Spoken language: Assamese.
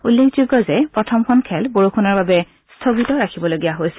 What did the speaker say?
উল্লেখযোগ্য যে প্ৰথমখন খেল বৰষুণৰ বাবে স্বগিত ৰাখিবলগীয়া হৈছিল